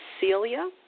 Celia